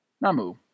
namu